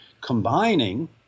combining